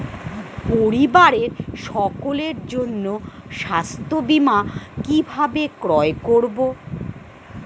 পরিবারের সকলের জন্য স্বাস্থ্য বীমা কিভাবে ক্রয় করব?